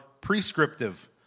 prescriptive